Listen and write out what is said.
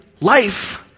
life